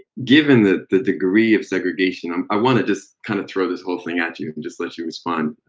given that the degree of segregation um i want to just kind of throw this whole thing at you and just let you respond.